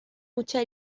muchas